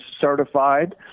certified